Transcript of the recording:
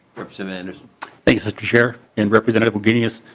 representative anderson thank you mr. chair and representative wagenius.